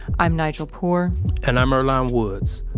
i'm nigel poor and i'm earlonne woods.